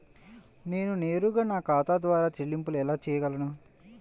నేను నేరుగా నా ఖాతా ద్వారా చెల్లింపులు ఎలా చేయగలను?